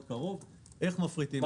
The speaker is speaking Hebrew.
קרוב בנוגע לאיך מפריטים את הדואר.